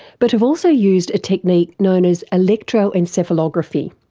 but have also used a technique known as electroencephalography.